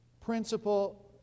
principle